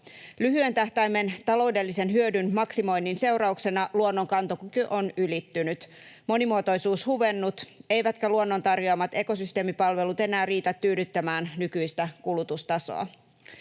Lyhyen tähtäimen taloudellisen hyödyn maksimoinnin seurauksena luonnon kantokyky on ylittynyt ja monimuotoisuus huvennut, eivätkä luonnon tarjoamat ekosysteemipalvelut enää riitä tyydyttämään nykyistä kulutustasoa.